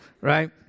right